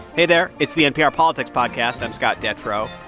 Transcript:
hey there. it's the npr politics podcast. i'm scott detrow.